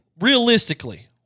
realistically